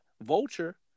Vulture